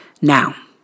Now